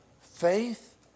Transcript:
faith